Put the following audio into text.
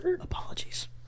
Apologies